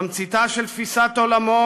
תמציתה של תפיסת עולמו,